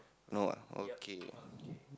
no ah okay